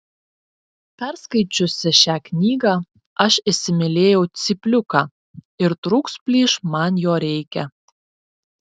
perskaičiusi šią knygą aš įsimylėjau cypliuką ir trūks plyš man jo reikia